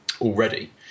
already